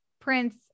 prince